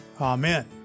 Amen